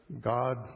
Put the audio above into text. God